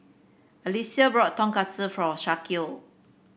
Alicia brought Tonkatsu for Shaquille